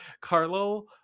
carlo